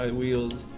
ah wheels